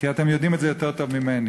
כי אתם יודעים את זה יותר טוב ממני.